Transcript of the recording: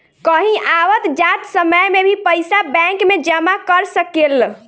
कहीं आवत जात समय में भी पइसा बैंक में जमा कर सकेलऽ